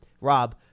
Rob